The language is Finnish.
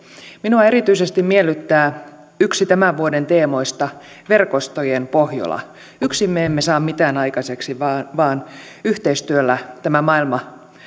minua erityisesti miellyttää yksi tämän vuoden teemoista verkostoituva pohjola yksin me emme saa mitään aikaiseksi vaan vaan yhteistyöllä tämä maailma